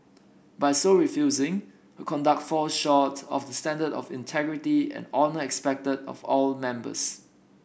by so refusing her conduct falls short of the standard of integrity and honour expected of all members